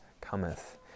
cometh